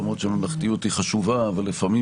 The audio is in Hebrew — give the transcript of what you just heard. למרות שממלכתיות היא חשובה אבל לפעמים